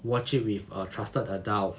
watch it with a trusted adult